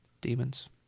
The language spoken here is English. demons